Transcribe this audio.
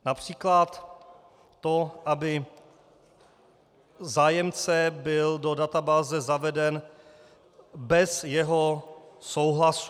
Například to, aby zájemce byl do databáze zaveden bez jeho souhlasu.